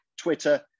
Twitter